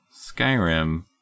Skyrim